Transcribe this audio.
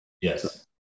Yes